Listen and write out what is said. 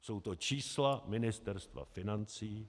Jsou to čísla Ministerstva financí.